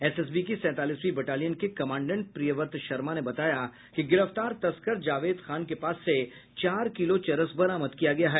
SSB की सैंतालीसवीं battalion के कमांडेंट प्रियवर्त शर्मा ने बताया कि गिरफ्तार तस्कर जावेद खान के पास से चार किलो चरस बरामद किया गया है